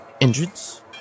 entrance